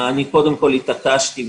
אני קודם כל התעקשתי,